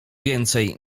więcej